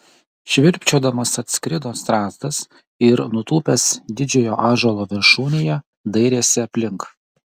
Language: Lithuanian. švilpčiodamas atskrido strazdas ir nutūpęs didžiojo ąžuolo viršūnėje dairėsi aplink